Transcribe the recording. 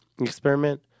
experiment